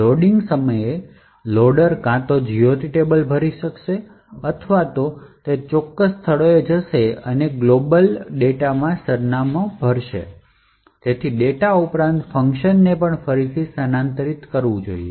loading સમયે loader કાં તો GOT ટેબલ ભરી શકશે અથવા ખાસ તે ચોક્કસ સ્થળોએ જશે અને તે ગ્લોબલ ડેટામાં સરનામાં ભરશે તેથી ડેટા ઉપરાંત ફંક્શનને પણ ફરીથી સ્થાનાંતરિત કરવું જોઈએ